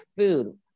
food